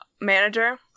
manager